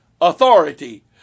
authority